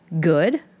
good